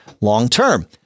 long-term